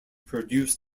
produced